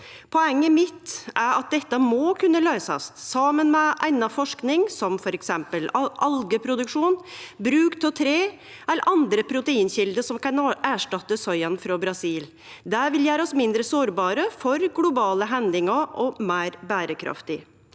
Poenget mitt er at dette må kunne løysast saman med anna forsking, som f.eks. på algeproduksjon, bruk av tre eller andre proteinkjelder som kan erstatte soyaen frå Brasil. Det vil gjere oss mindre sårbare for globale hendingar og meir berekraftige.